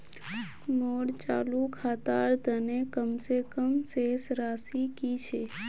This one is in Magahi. मोर चालू खातार तने कम से कम शेष राशि कि छे?